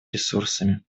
ресурсами